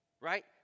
right